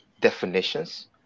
definitions